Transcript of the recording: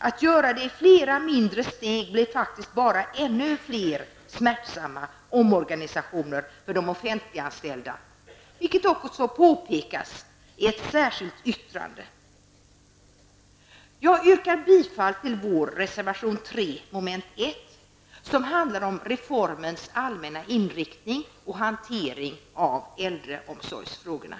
Att göra det i flera mindre steg innebär bara ännu fler smärtsamma omorganisationer för de offentligt anställda. Detta påpekas också i ett särskilt yttrande. Jag yrkar bifall till vår reservation 3 under mom. 1 som handlar om reformens allmänna inriktning och hanteringen av äldreomsorgsfrågorna.